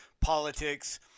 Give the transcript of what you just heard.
politics